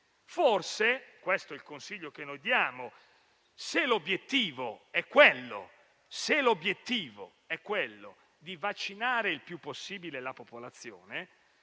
forse - questo è il consiglio che diamo - se l'obiettivo è quello di vaccinare il più possibile la popolazione,